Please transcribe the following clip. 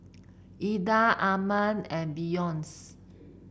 Eda Arman and Beyonce